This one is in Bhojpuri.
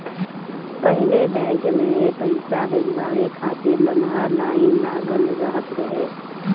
पहिले बैंक में पईसा भजावे खातिर लमहर लाइन लागल रहत रहे